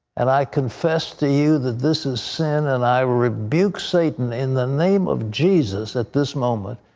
and i confess to you that this is sin. and i rebuke satan in the name of jesus at this moment.